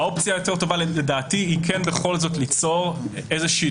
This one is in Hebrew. לדעתי האופציה היותר טובה היא בכל זאת כן ליצור איזושהי